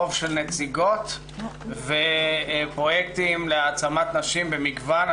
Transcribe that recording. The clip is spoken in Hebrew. רוב של נציגות ופרויקטים להעצמת נשים במגוון.